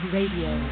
Radio